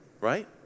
Right